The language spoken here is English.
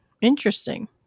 interesting